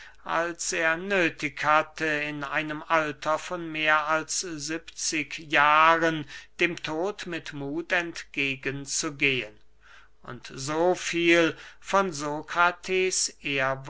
als er nöthig hatte in einem alter von mehr als siebzig jahren dem tode mit muth entgegen zu gehen und so viel von